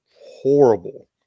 horrible